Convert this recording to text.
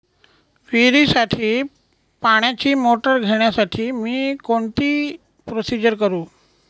विहिरीसाठी पाण्याची मोटर घेण्यासाठी मी कोणती प्रोसिजर करु?